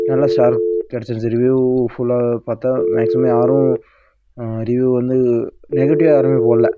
நல்ல சர்வ் கிடச்சிடுச்சு ரிவ்யூ ஃபுல்லா பார்த்தா மேக்சிமம் யாரும் ரிவ்யூ வந்து நெகட்டிவ்வாக யாருமே போடல